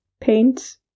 paint